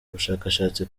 ubushakashatsi